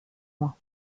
loin